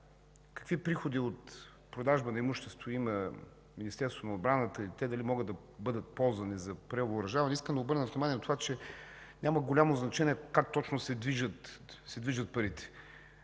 какви приходи от продажба на имущество има Министерството на отбраната и дали те могат да бъдат използвани за превъоръжаване, искам да Ви обърна внимание, че няма голямо значение как точно се движат парите